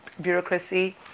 bureaucracy